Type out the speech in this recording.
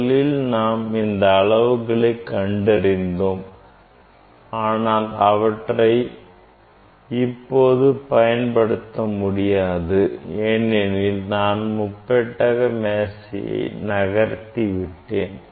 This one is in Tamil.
முதலில் நாம் இந்த அளவுகளை கண்டறிந்தோம் ஆனால் அவற்றை இப்போது பயன்படுத்த முடியாது ஏனெனில் நான் முப்பெட்டக மேசையை நகர்த்தி விட்டேன்